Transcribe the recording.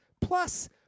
plus